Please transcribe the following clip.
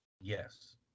Yes